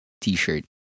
t-shirt